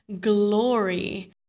glory